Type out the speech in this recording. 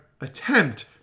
attempt